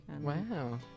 Wow